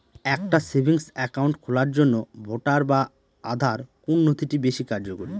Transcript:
একটা savings account খোলার জন্য ভোটার বা আধার কোন নথিটি বেশী কার্যকরী?